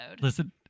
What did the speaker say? listen